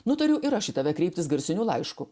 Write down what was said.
nutariau ir aš į tave kreiptis garsiniu laišku